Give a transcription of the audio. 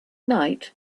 night